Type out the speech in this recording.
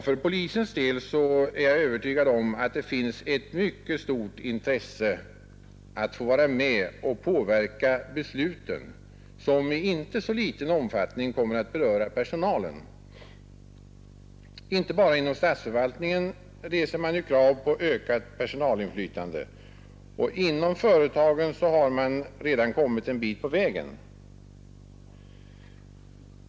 För polisens del är jag övertygad om att det finns ett mycket stort intresse att få vara med och påverka besluten, som i inte så ringa omfattning kommer att beröra personalen. Inte bara inom statsförvaltningen reses krav på ökat personalinflytande. Inom företagen har man redan kommit en bit på väg.